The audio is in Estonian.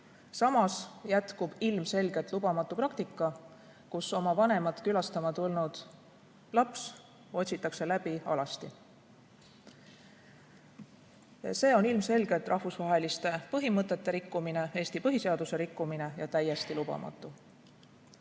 Samas jätkub ilmselgelt lubamatu praktika, kus oma vanemat külastama tulnud laps peab end läbiotsimisel alasti võtma. See on ilmselgelt rahvusvaheliste põhimõtete rikkumine, Eesti põhiseaduse rikkumine ja täiesti lubamatu.